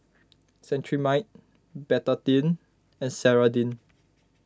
Cetrimide Betadine and Ceradan